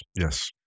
Yes